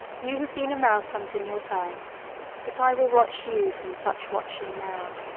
you have been a mouse-hunt in your time but i will watch you from such watching now.